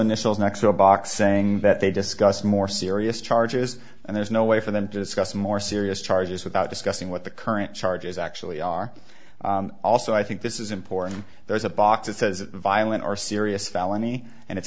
box saying that they discuss more serious charges and there's no way for them to discuss more serious charges without discussing what the current charges actually are also i think this is important there's a box that says violent or serious felony and i